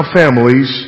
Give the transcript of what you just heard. families